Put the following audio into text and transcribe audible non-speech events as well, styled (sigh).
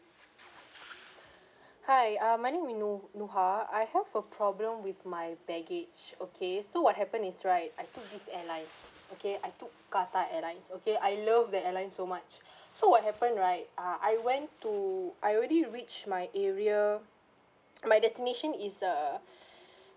(noise) (breath) hi ah my name i~ nu~ nuha I have a problem with my baggage okay so what happened is right I took this airlines okay I took qatar airlines okay I love the airlines so much (breath) so what happened right ah I went to I already reached my area my destination is err (breath)